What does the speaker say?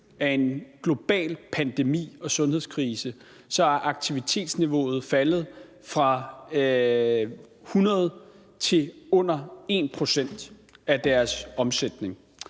af en global pandemi og sundhedskrise er aktivitetsniveauet faldet fra 100 pct. til under 1 pct. af deres omsætning.